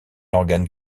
organe